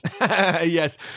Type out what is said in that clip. Yes